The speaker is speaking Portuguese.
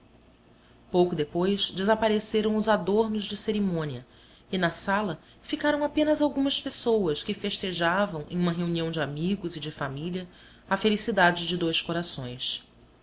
pouco depois desapareceram os adornos de cerimônia e na sala ficaram apenas algumas pessoas que festejavam em uma reunião de amigos e de família a felicidade de dois corações